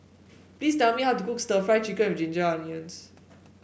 please tell me how to cook stir Fry Chicken with Ginger Onions